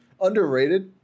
Underrated